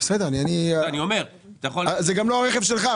זה גם לא הרכב שלך,